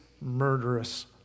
murderous